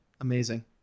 Amazing